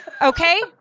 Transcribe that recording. Okay